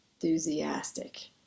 enthusiastic